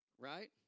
right